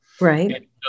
Right